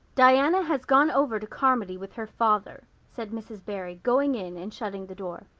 diana has gone over to carmody with her father, said mrs. barry, going in and shutting the door.